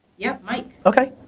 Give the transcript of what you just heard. yep, mike. okay.